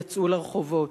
יצאו לרחובות.